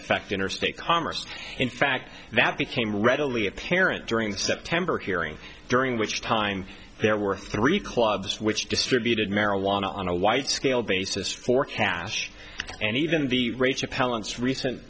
affect interstate commerce in fact that became readily apparent during september hearing during which time there were three clubs which distributed marijuana on a wide scale basis for cash and even the rates of pallets recent